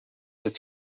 het